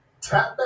Tap